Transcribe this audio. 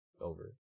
over